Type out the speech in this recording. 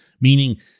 Meaning